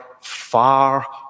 far